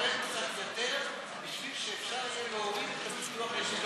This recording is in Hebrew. משלם קצת יותר בשביל שאפשר יהיה להוריד את הביטוח לדו-גלגלי.